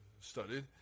studied